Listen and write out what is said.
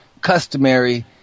customary